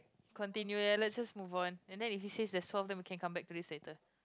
continue ya let's just move on and then if he says that it's solved then we can come back to this later